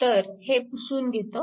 तर हे पुसून घेतो